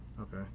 Okay